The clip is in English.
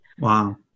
Wow